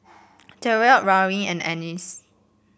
Tyriq Lauryn and Annice